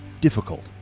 difficult